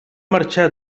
marxar